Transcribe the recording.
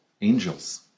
angels